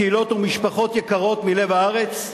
קהילות ומשפחות יקרות מלב הארץ?